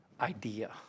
idea